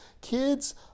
kids